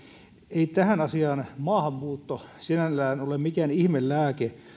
ei tähän asiaan maahanmuutto sinällään ole mikään ihmelääke